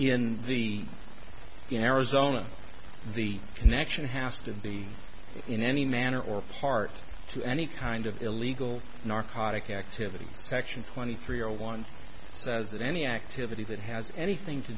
in the in arizona the connection has to be in any manner or part to any kind of illegal narcotic activity section twenty three or one says that any activity that has anything to